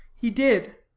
he did.